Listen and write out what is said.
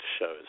shows